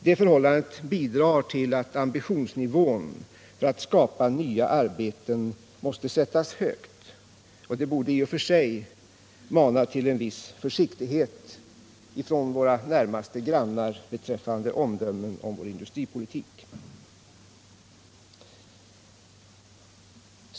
Det förhållandet bidrar till att ambitionsnivån för att skapa nya arbeten måste sättas högt. Det borde i och för sig mana till en viss försiktighet från våra närmaste grannar vad gäller omdömen om vår industripolitik.